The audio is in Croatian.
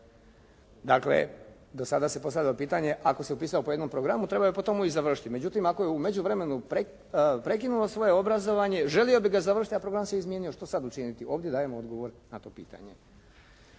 Dakle, do sada se postavilo pitanje ako se upisao po jednom programu trebao je po tomu i završiti. Međutim, ako je u međuvremenu prekinuo svoje obrazovanje, želio bi ga završiti, a program se izmijenio što sad učiniti? Ovdje dajemo odgovor na to pitanje.